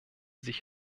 sich